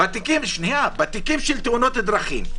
בתיקים של תאונות דרכים,